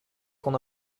qu’on